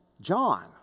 John